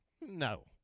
No